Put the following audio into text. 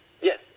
Yes